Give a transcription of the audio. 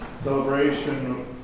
celebration